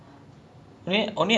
ya it's like eh